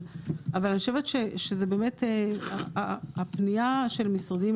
אבל אני חושבת שזה באמת, הפנייה של משרדים